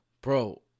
Bro